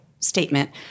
Statement